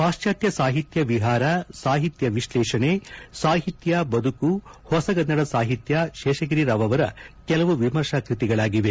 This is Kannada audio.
ಪಾಶ್ಣಾತ್ಯ ಸಾಹಿತ್ಯ ವಿಹಾರ ಸಾಹಿತ್ಯ ವಿಶ್ಲೇಷಣೆ ಸಾಹಿತ್ಯ ಬದುಕು ಹೊಸಗನ್ನಡ ಸಾಹಿತ್ಯ ಶೇಷಗಿರಿ ರಾವ್ ಅವರ ಕೆಲವು ವಿಮರ್ಶಾಕೃತಿಗಳಾಗಿವೆ